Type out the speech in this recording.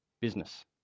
business